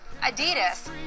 Adidas